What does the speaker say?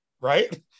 right